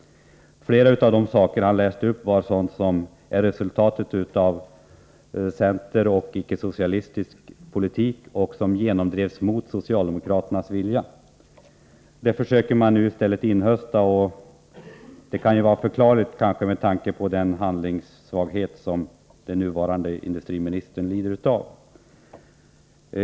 En hel del av det han läste upp är resultatet av centerpolitik och icke-socialistisk politik som genomdrevs mot socialdemokraternas vilja. Här försökte han nu inhösta detta som en poäng, och det kan kanske vara förklarligt med tanke på den handlingssvaghet som den nuvarande industriministern lider av.